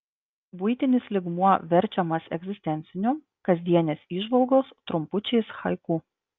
buitinis lygmuo verčiamas egzistenciniu kasdienės įžvalgos trumpučiais haiku